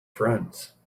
friends